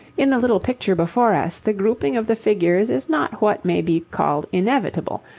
in the little picture before us the grouping of the figures is not what may be called inevitable,